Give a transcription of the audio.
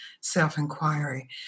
self-inquiry